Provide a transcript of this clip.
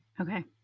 Okay